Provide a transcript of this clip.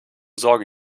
sorge